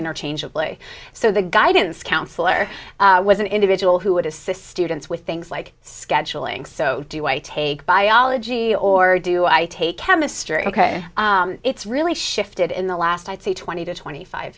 interchangeably so the guidance counselor was an individual who would assist students with things like scheduling so do i take biology or do i take chemistry ok it's really shifted in the last i'd say twenty to twenty five